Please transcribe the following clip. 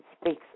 speaks